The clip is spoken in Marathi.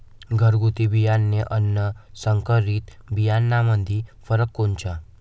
घरगुती बियाणे अन संकरीत बियाणामंदी फरक कोनचा?